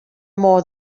more